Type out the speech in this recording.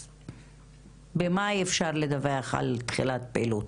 אז במאי אפשר לדווח על תחילת פעילות.